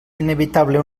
inevitable